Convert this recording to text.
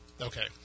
Okay